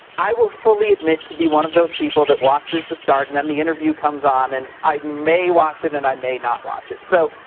i will fully admit to be one of those people that watches the start and and the interview comes on and i may watch it, and i may not watch it. so,